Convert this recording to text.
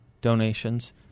Donations